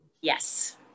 Yes